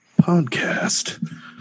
podcast